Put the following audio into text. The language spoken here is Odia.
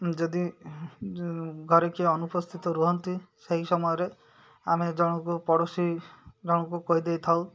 ଯଦି ଘରେ କିଏ ଅନୁପସ୍ଥିତ ରୁହନ୍ତି ସେହି ସମୟରେ ଆମେ ଜଣଙ୍କୁ ପଡ଼ୋଶୀ ଜଣଙ୍କୁ କହିଦେଇଥାଉ